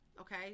Okay